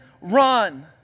run